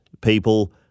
people